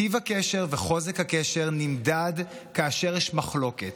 טיב הקשר וחוזק הקשר נמדדים כאשר יש מחלוקת,